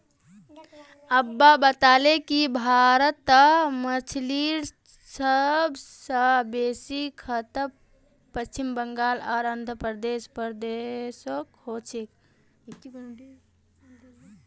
अब्बा बताले कि भारतत मछलीर सब स बेसी खपत पश्चिम बंगाल आर आंध्र प्रदेशोत हो छेक